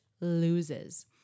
loses